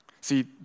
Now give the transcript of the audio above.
See